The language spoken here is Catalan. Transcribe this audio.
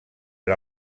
per